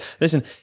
listen